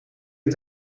het